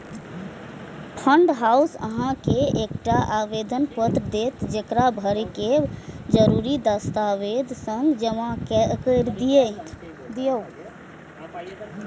fund house अहां के एकटा आवेदन पत्र देत, जेकरा भरि कें जरूरी दस्तावेजक संग जमा कैर दियौ